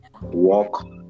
walk